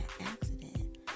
accident